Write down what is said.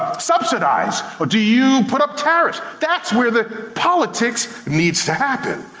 subsidize? or do you put up tariffs? that's where the politics needs to happen.